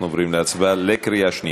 אנחנו עוברים להצבעה בקריאה שנייה.